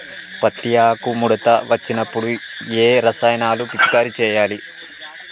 పత్తి ఆకు ముడత వచ్చినప్పుడు ఏ రసాయనాలు పిచికారీ చేయాలి?